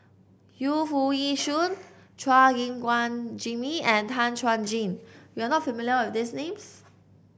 Yu Foo Yee Shoon Chua Gim Guan Jimmy and Tan Chuan Jin you are not familiar with these names